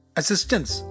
assistance